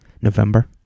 november